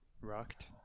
Rocked